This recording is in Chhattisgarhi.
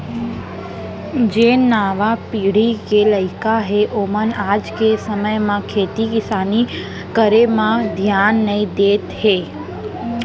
जेन नावा पीढ़ी के लइका हें ओमन आज के समे म खेती किसानी करे म धियान नइ देत हें